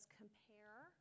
compare